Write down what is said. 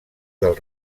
del